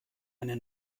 eine